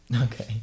Okay